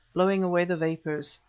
blowing away the vapours.